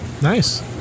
Nice